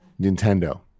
Nintendo